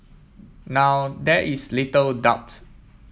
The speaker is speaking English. now there is little doubts